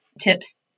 tips